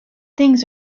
things